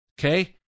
Okay